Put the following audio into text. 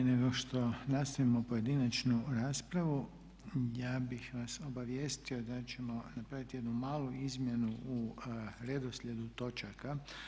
Prije nego što nastavimo pojedinačnu raspravu ja bih vas obavijestio da ćemo napraviti jednu malu izmjenu u redoslijedu točaka.